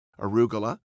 arugula